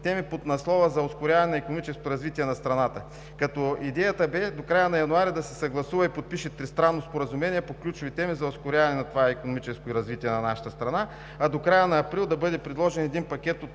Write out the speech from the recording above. теми под наслова „За ускоряване на икономическото развитие на страната“, като идеята бе до края на месец януари да се съгласува и подпише тристранно споразумение по ключови теми за ускоряване на това икономическо развитие на нашата страна, а до края на месец април да бъде предложен един пакет от